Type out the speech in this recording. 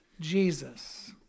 Jesus